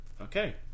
Okay